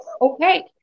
okay